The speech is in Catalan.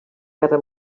guerra